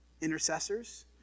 intercessors